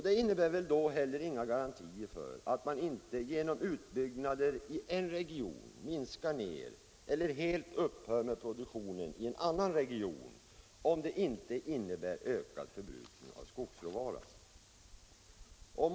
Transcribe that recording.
Det innebär väl då heller inga garantier för att — m.m. man inte genom utbyggnader i en region minskar eller helt upphör med produktionen i en annan region, om det inte blir fråga om en ökad förbrukning av skogsråvaran.